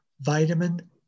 vitamin